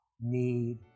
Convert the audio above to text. need